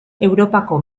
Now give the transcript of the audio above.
europako